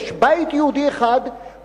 יש בית יהודי אחד,